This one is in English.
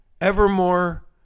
Evermore